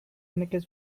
nekez